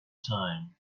time